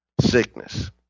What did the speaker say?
sickness